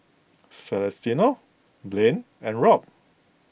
Celestino Blane and Robb